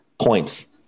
points